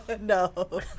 No